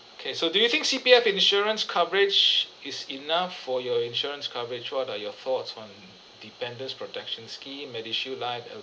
okay so do you think C_P_F insurance coverage is enough for your insurance coverage what are your thoughts on dependents' protection scheme MediShield Life